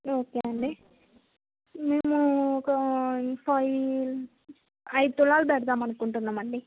okay అండి మేము ఒక ఫైవ్ ఐదు తులాలు పెడదాము అనుకుంటున్నామండి